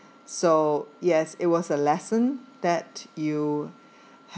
so yes it was a lesson that you